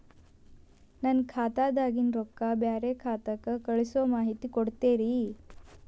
ನನ್ನ ಖಾತಾದಾಗಿನ ರೊಕ್ಕ ಬ್ಯಾರೆ ಖಾತಾಕ್ಕ ಕಳಿಸು ಮಾಹಿತಿ ಕೊಡತೇರಿ?